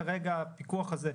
כרגע הפיקוח הזה,